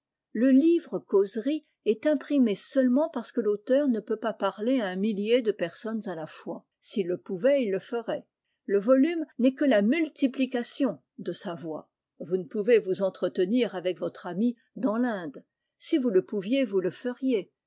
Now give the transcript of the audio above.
le livre causerie est imprimé seulement parce que l'auteur ne peut pas parler à un millier de personnes à la fois s'il le pouvait il le ferait le volume n'est que la multiplication de sa voix vous ne pouvez vous entretenir avec votre ami dans l'inde si vous le pouviez vous le feriez